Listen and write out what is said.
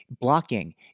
blocking